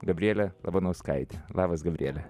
gabrielė labanauskaitė labas gabriele